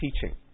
teaching